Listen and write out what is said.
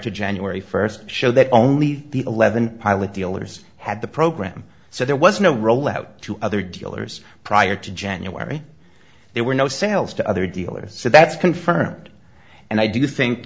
to january st show that only the eleven pilot dealers had the program so there was no rollout to other dealers prior to january there were no sales to other dealers so that's confirmed and i do think